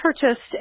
purchased